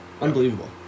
unbelievable